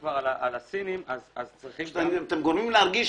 אתם גורמים להרגיש